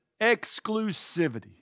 exclusivity